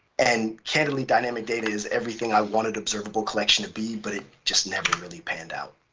and candidly, dynamic data is everything i wanted observable collection to be, but it just never really panned out.